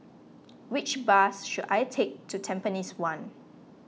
which bus should I take to Tampines one